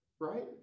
right